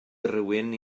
rywun